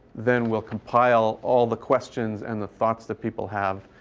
then we'll compile all the questions and the thoughts the people have